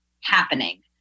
happening